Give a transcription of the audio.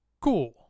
cool